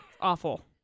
Awful